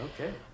Okay